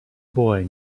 boy